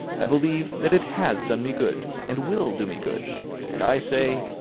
i believe that it has done me good, and will do me good and i say,